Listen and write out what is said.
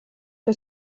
que